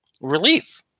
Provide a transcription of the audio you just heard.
relief